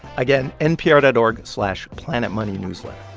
again, npr dot org slash planetmoneynewsletter.